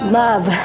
love